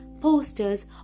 Posters